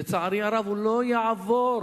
לצערי הרב, הוא לא יעבור.